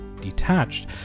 detached